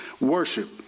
worship